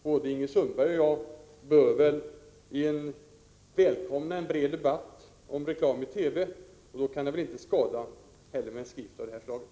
Både Ingrid Sundberg och jag bör väl välkomna en bred debatt om reklam i TV, och då kan det inte heller skada med en skrift av det här slaget.